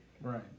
Right